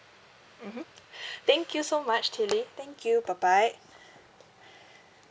mmhmm thank you so much tilly thank you bye bye